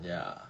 ya